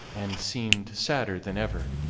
and seemed sadder than ever,